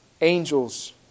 Angels